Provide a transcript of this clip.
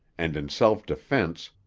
and in self-defense,